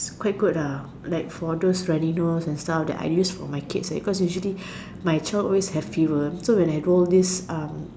quite good lah like for those running nose and stuff that I use for my kids cause usually my child always have fever so when I go this um